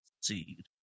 seed